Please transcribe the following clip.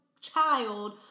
child